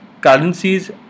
currencies